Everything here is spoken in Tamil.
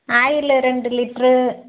ஆயிலு ரெண்டு லிட்ரு